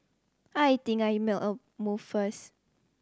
I think I make a move first